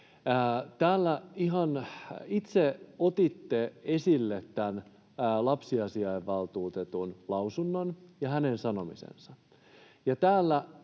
Täällä ihan itse otitte esille tämän lapsiasiavaltuutetun lausunnon ja hänen sanomisensa,